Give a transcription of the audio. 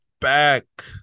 back